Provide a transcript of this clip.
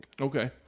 Okay